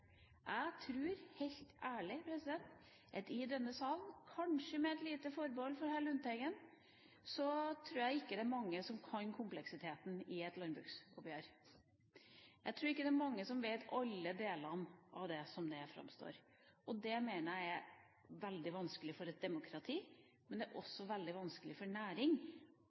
Jeg tror, helt ærlig, at i denne salen – kanskje med et lite forbehold for hr. Lundteigen – er det ikke mange som forstår kompleksiteten i et landbruksoppgjør. Jeg tror ikke det er mange som kjenner til alle delene av det. Jeg mener det er veldig vanskelig for et demokrati og også for en næring å forutse den kompleksiteten. Vi kunne tenkt oss at det